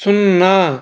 సున్నా